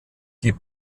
die